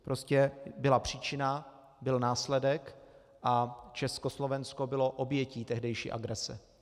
Prostě byla příčina, byl následek a Československo bylo obětí tehdejší agrese.